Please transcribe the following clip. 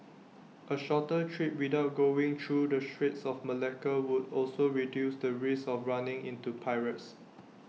A shorter trip without going through the straits of Malacca would also reduce the risk of running into pirates